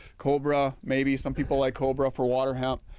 cobra, maybe some people like cobra for water hemp.